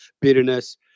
bitterness